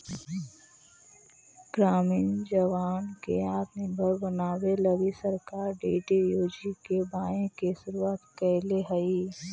ग्रामीण जवान के आत्मनिर्भर बनावे लगी सरकार डी.डी.यू.जी.के.वाए के शुरुआत कैले हई